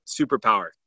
superpower